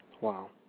Wow